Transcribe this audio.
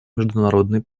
международной